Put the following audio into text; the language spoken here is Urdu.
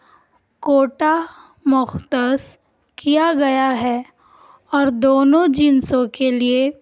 کوٹا مختص کیا گیا ہے اور دونوں جنسوں کے لیے